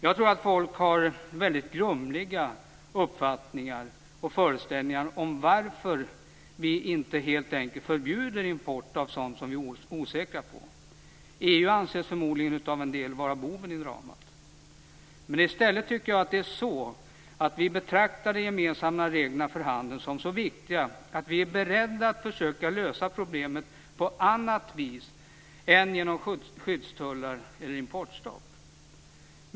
Jag tror att folk har väldigt grumliga föreställningar om varför vi inte helt enkelt förbjuder import av sådant som vi är osäkra på. EU anses förmodligen vara boven i dramat. I stället är det så att vi betraktar de gemensamma reglerna för handeln som så viktiga att vi är beredda att försöka lösa problemen på annat vis än genom skyddstullar eller importstopp.